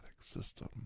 system